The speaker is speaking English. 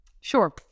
Sure